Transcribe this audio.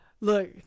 look